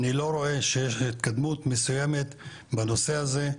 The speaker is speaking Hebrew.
אני לא רואה שיש התקדמות מסוימת בנושא הזה,